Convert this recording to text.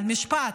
למשפט.